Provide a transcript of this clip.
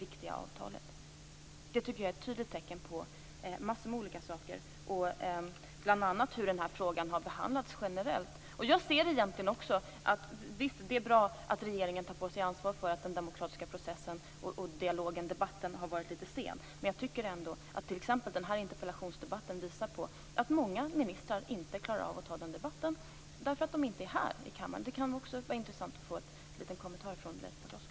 Jag tycker att det här är ett tydligt tecken på massor med olika saker, bl.a. hur den här frågan har behandlats generellt. Visst är det bra att regeringen tar på sig ansvaret för att den demokratiska processen, dialogen och debatten har kommit litet sent, men jag tycker ändå att t.ex. den här interpellationsdebatten, där många ministrar inte deltar, visar på att de inte klarar av att ta debatten. Det vore intressant att få en kommentar kring det av Leif Pagrotsky.